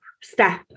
step